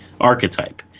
archetype